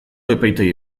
epaitegi